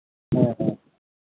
ᱦᱮᱸ ᱦᱮᱸ